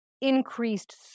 increased